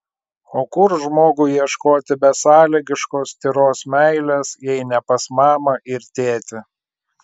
o kur žmogui ieškoti besąlygiškos tyros meilės jei ne pas mamą ir tėtį